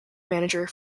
manager